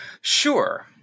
Sure